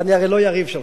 אני הרי לא יריב שלך.